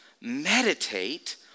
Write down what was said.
meditate